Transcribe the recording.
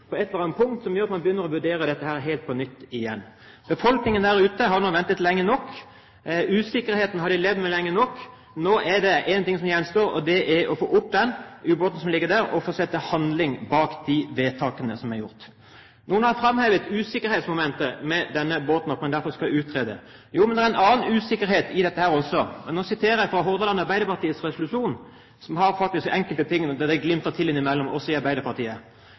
på et eller annet punkt som gjør at man begynner å vurdere det helt på nytt igjen? Befolkningen der ute har nå ventet lenge nok. Usikkerheten har de levd med lenge nok. Nå er det én ting som gjenstår, og det er å få opp den ubåten som ligger der, og få satt handling bak de vedtakene som er gjort. Noen har framhevet usikkerhetsmomentet ved heving av denne båten og sagt at man derfor skal utrede. Jo, men det er en annen usikkerhet i dette også, og nå siterer jeg fra Hordaland Arbeiderpartis resolusjon, som faktisk